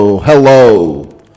Hello